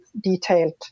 detailed